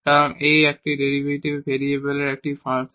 কারণ এটি 1 ভেরিয়েবলের একটি ফাংশন